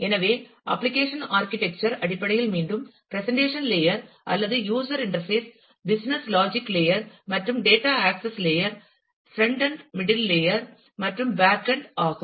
எனவே application architecture அடிப்படையில் மீண்டும் பிரசன்டேஷன் லேயர் அல்லது user interface business logic layer மற்றும் data access layer frontend middle layer மற்றும் பேக்எண்ட் ஆகும்